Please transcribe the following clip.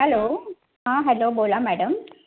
hello हां hello बोला madam